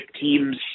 teams